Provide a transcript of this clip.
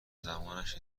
زمانش